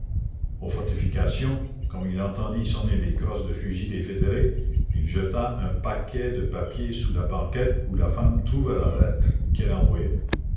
aux fortifications comme il entendit sonner les crosses de fusils des fédérés il jeta un paquet de papiers sous la banquette où la femme trouva la lettre qu'elle envoyait